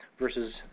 versus